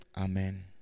Amen